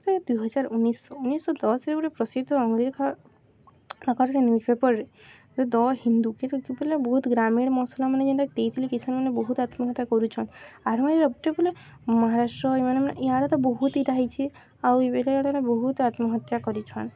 ଦୁଇ ହଜାର୍ ଉଣେଇଶ୍ ଉଣେଇଶହ ଦଶ୍ରେ ଗୁଟେ ପ୍ରସିଦ୍ଧ ଆକର୍ଷକ ନ୍ୟୁଜ୍ପେପର୍ରେ ଦ ହିନ୍ଦୁ ବେଲେ ବହୁତ୍ ଗ୍ରାମୀଣ ମସଲାମାନେ ଯେନ୍ଟାକି ଦେଇଥିଲେ କିସାନ୍ମାନେ ବହୁତ୍ ଆତ୍ମହତ୍ୟା କରୁଛନ୍ ଆର୍ ମାନେ ରପଟେ ବଲେ ମହାରାଷ୍ଟ୍ର ଏଇ ମାନେ ମାନେ ଇଆଡ଼ ତ ବହୁତ୍ ଇଟା ହେଇଛେ ଆଉ ଏବେ ଏଇଡ଼େ ବେଲେ ବହୁତ୍ ଆତ୍ମହତ୍ୟା କରିଛନ୍